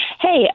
Hey